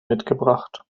mitgebracht